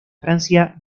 francia